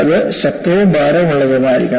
അത് ശക്തവും ഭാരമുള്ളതുമായിരിക്കണം